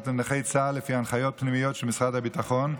לנכי צה"ל לפי הנחיות פנימיות של משרד הביטחון,